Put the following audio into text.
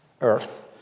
Earth